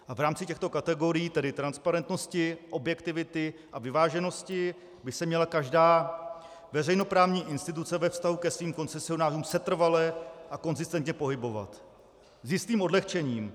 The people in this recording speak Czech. V rámci těchto kategorií, tedy transparentnosti, objektivity a vyváženosti, by se měla každá veřejnoprávní instituce ve vztahu ke svým koncesionářům setrvale a konzistentně pohybovat s jistým odlehčením.